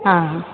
हा